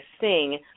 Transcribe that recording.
sing